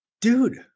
dude